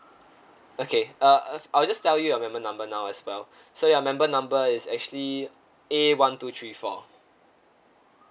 okay uh I'll just tell your member number now as well so your member number is actually A one two three four